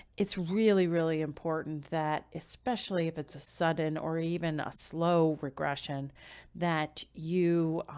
it's really, really important that especially if it's a sudden or even a slow regression that you, um,